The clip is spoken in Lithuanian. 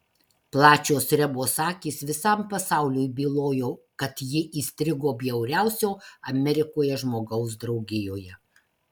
plačios rebos akys visam pasauliui bylojo kad ji įstrigo bjauriausio amerikoje žmogaus draugijoje